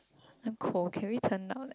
I'm cold can we turn down